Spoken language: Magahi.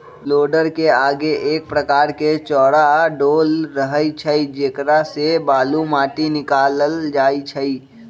लोडरके आगे एक प्रकार के चौरा डोल रहै छइ जेकरा से बालू, माटि निकालल जाइ छइ